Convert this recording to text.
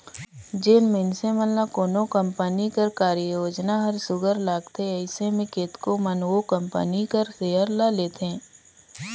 जेन मइनसे मन ल कोनो कंपनी कर कारयोजना हर सुग्घर लागथे अइसे में केतनो मन ओ कंपनी कर सेयर ल लेथे